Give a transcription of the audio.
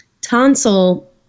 tonsil